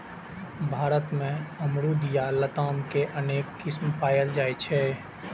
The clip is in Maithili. भारत मे अमरूद या लताम के अनेक किस्म पाएल जाइ छै